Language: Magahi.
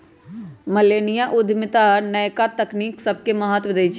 मिलेनिया उद्यमिता नयका तकनी सभके महत्व देइ छइ